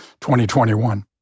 2021